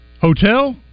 Hotel